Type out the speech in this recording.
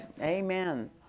Amen